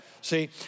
See